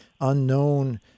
unknown